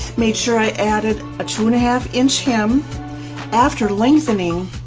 made sure i added a two and a half inch hem after lengthening